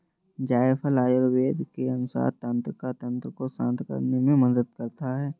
जायफल आयुर्वेद के अनुसार तंत्रिका तंत्र को शांत करने में मदद करता है